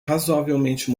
razoavelmente